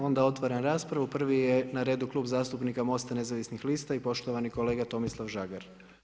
Onda otvaram raspravu, prvi je na redu Klub zastupnika Mosta i nezavisnih lista i poštovani kolega Tomislav Žagar.